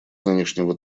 нынешнего